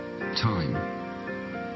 Time